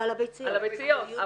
על הביציות.